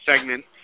segment